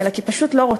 אלא כי הם לא רוצים.